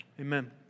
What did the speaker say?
Amen